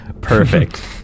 Perfect